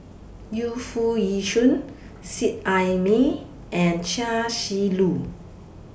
Yu Foo Yee Shoon Seet Ai Mee and Chia Shi Lu